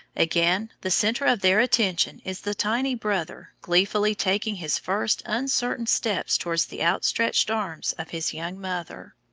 again, the centre of their attention is the tiny brother gleefully taking his first uncertain steps towards the outstretched arms of his young mother.